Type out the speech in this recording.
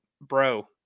bro